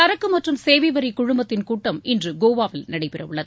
சரக்கு மற்றும் சேவை வரி குழுமத்தின் கூட்டம் இன்று கோவாவில் நடைபெறவுள்ளது